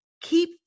keep